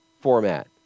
format